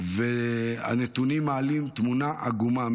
והנתונים מעלים תמונה עגומה.